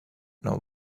know